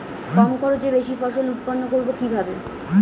কম খরচে বেশি ফসল উৎপন্ন করব কিভাবে?